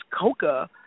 coca